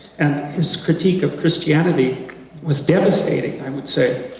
and his critque of christianity was devastating, i would say,